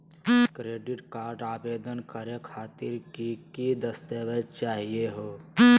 Credit card आवेदन करे खातिर की की दस्तावेज चाहीयो हो?